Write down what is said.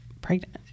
pregnant